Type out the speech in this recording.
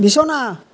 বিছনা